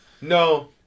No